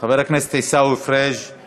חבר הכנסת עיסאווי פריג';